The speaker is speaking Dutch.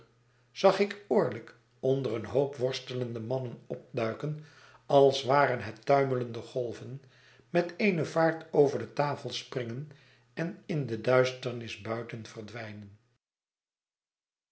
zag ik orlick onder een hoop worstelende mannen opduiken als waren het tuimelende golven met eene vaart over de tafel springen en in de duisternis buiten verdwijnen